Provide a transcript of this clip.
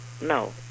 no